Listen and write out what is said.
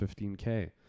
15K